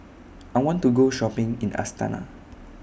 I want to Go Shopping in Astana